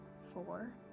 four